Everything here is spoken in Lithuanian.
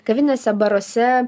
kavinėse baruose